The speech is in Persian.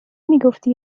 میگفتی